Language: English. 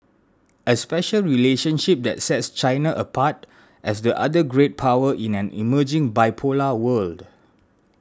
a special relationship that sets China apart as the other great power in an emerging bipolar world